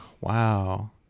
wow